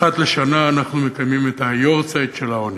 אחת לשנה אנחנו מקיימים את ה"יארצייט" של העוני.